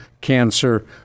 Cancer